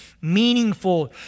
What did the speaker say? meaningful